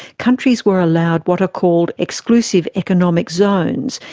countries were allowed what are called exclusive economic zones,